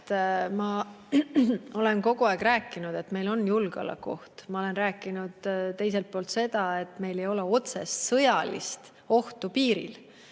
Ma olen kogu aeg rääkinud, et meil on julgeolekuoht. Ma olen rääkinud teiselt poolt seda, et meil ei ole otsest sõjalist ohtu piiril.